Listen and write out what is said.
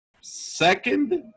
second